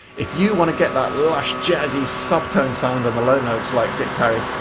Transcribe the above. if you want to get that lush jazzy subtone sound on the low notes like dick parry,